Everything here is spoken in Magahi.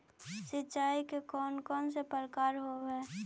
सिंचाई के कौन कौन से प्रकार होब्है?